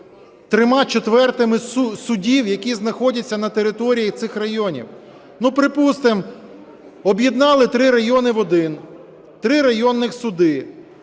трьома четвертими судів, які знаходяться на території цих районів? Ну, припустимо, об'єднали три райони в один. Три районних суди.